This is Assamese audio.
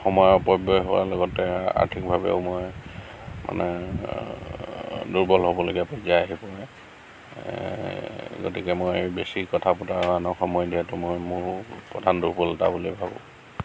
সময়ৰ অপব্যয় হোৱাৰ লগতে আৰ্থিক ভাৱেও মানে দুৰ্বল হ'বলগীয়া পৰ্যায় আহি পৰে গতিকে মই বেছি কথা পতা মানুহক সময় দিয়াতো মোৰো প্ৰধান দুৰ্বলতা বুলি ভাবোঁ